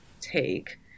take